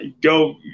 Go